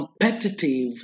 competitive